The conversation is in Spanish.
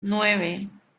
nueve